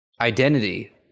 identity